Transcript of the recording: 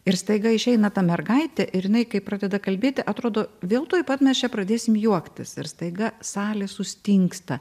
ir staiga išeina ta mergaitė ir jinai kai pradeda kalbėti atrodo vėl tuoj pat mes čia pradėsim juoktis ir staiga salė sustingsta